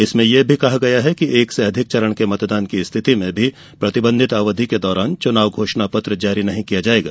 इसमें यह भी कहा गया है कि एक से अधिक चरण के मतदान की स्थिति में भी प्रतिबंधित अवधि के दौरान चुनाव घोषणा पत्र जारी नहीं किया जाएगा